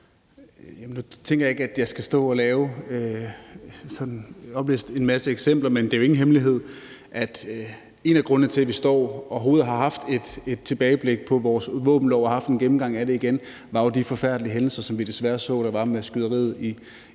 Nu tænker jeg ikke, at jeg skal stå og opliste en masse eksempler, men det er jo ingen hemmelighed, at en af grundene til, at vi står her og overhovedet har haft et tilbageblik på vores våbenlov og har haft en gennemgang af den igen, var de forfærdelige hændelser, som vi desværre så der var med skyderiet i